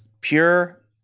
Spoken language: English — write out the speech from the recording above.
pure